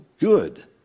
good